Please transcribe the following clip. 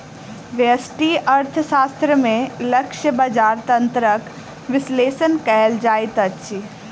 व्यष्टि अर्थशास्त्र में लक्ष्य बजार तंत्रक विश्लेषण कयल जाइत अछि